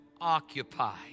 occupy